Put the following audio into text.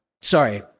sorry